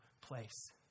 place